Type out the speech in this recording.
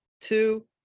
two